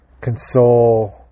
console